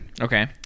okay